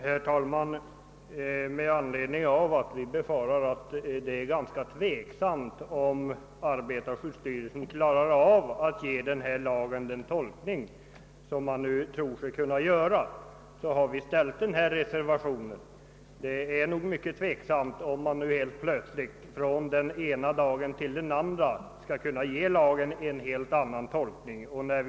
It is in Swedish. Herr talman! Anledningen till att jag har yrkat bifall till reservationen är att jag liksom reservanterna befarar att arbetarskyddsstyrelsen inte från den ena dagen till den andra kan tolka lagen på ett nytt sätt.